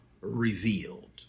revealed